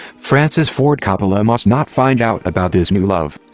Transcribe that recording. francis ford coppola must not find out about this new love.